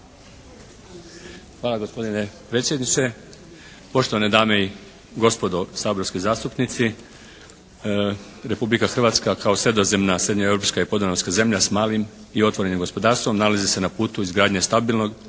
Hvala gospodine predsjedniče, poštovane dame i gospodo saborski zastupnici. Republika Hrvatska kao sredozemna srednjoeuropska i podunavska zemlja s malim i otvorenim gospodarstvom nalazi se na putu izgradnje stabilnog,